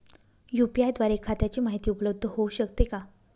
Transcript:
UPI द्वारे खात्याची माहिती उपलब्ध होऊ शकते का?